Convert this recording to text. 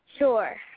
Sure